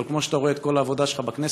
אבל כמו שאתה רואה את כל העבודה שלך בכנסת,